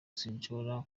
sinshobora